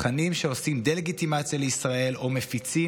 תכנים שעושים דה-לגיטימציה לישראל או מפיצים